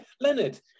Leonard